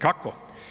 Kako?